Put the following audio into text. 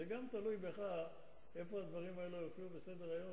זה תלוי גם בך איפה הדברים האלה יופיעו בסדר-היום,